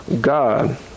God